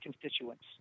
constituents